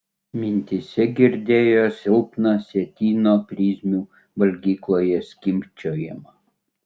mintyse girdėjo silpną sietyno prizmių valgykloje skimbčiojimą